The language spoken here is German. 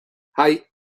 hei